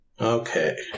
Okay